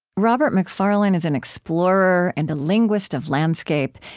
robert macfarlane is an explorer, and a linguist of landscape,